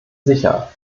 sicher